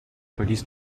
polices